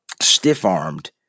stiff-armed